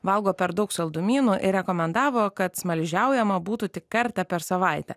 valgo per daug saldumynų ir rekomendavo kad smaližiaujama būtų tik kartą per savaitę